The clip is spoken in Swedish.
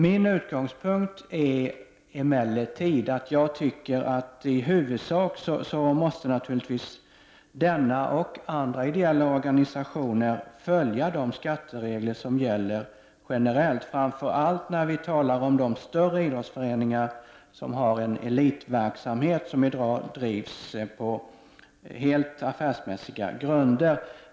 Min utgångspunkt är emellertid att ideella organisationer i huvudsak måste följa de skatteregler som gäller generellt. Det gäller framför allt när vi talar om de större idrottsföreningarna som har en elitverksamhet som bedrivs helt på affärsmässiga grunder.